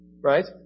right